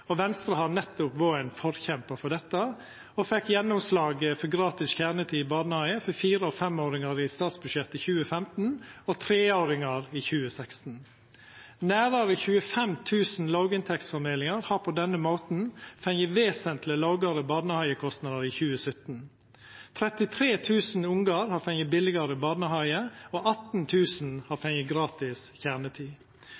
Venstre har vore ein forkjempar for nettopp dette og fekk gjennomslag for gratis kjernetid i barnehagar for 4- og 5-åringar i statsbudsjettet 2015 og for 3-åringar i 2016. Nærare 25 000 låginntektsfamiliar har på denne måten fått vesentleg lågare barnehagekostnader i 2017. 33 000 ungar har fått billigare barnehage, og 18 000 har